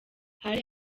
hari